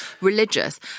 religious